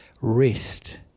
Rest